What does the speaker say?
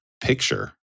picture